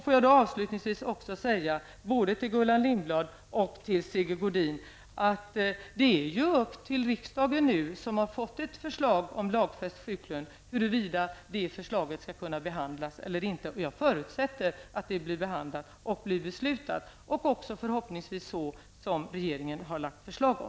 Får jag allra sist säga till både Gullan Lindblad och Sigge Godin att det är upp till riksdagen nu, som har fått ett förslag om lagfäst sjuklön, att bestämma huruvida förslaget skall behandlas eller inte. Jag förutsätter att det blir behandlat och att beslut fattas, förhoppningsvis så som regeringen har föreslagit.